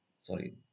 sorry